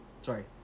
Sorry